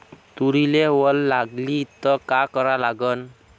तुरीले वल लागली त का करा लागन?